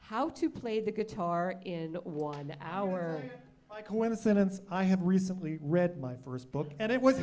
how to play the guitar in one hour i coincidence i have recently read my first book and it was